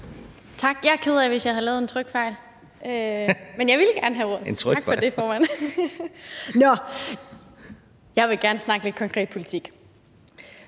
(Dan Jørgensen): En trykfejl?) ... men jeg ville gerne have ordet. Tak for det, formand. Nå, jeg vil gerne snakke lidt konkret politik.